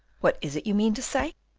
what is it you mean to say?